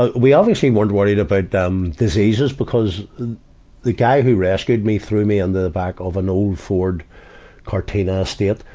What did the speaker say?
ah we obviously weren't worried about about them diseases, because the guy who rescued me threw me in the back of an old ford cortina estate,